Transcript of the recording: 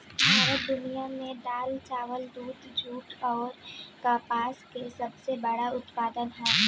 भारत दुनिया में दाल चावल दूध जूट आउर कपास के सबसे बड़ उत्पादक ह